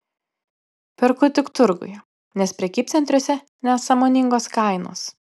perku tik turguje nes prekybcentriuose nesąmoningos kainos